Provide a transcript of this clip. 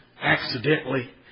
accidentally